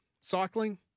Cycling